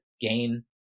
gain